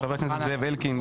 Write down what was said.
של חבר הכנסת זאב אלקין,